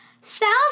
Cells